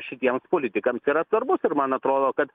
šitiems politikams yra svarbus ir man atrodo kad